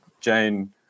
jane